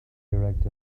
erect